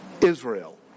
Israel